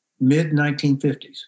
mid-1950s